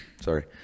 sorry